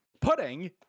pudding